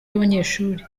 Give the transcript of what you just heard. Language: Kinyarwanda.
y’abanyeshuri